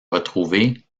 retrouvés